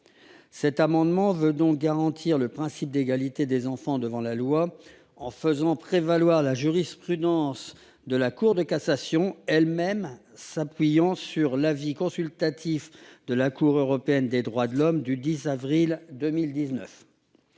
de garantir le respect du principe d'égalité des enfants devant la loi, en faisant prévaloir la jurisprudence de la Cour de cassation, s'appuyant sur l'avis consultatif de la Cour européenne des droits de l'homme du 10 avril 2019.